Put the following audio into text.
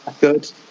Good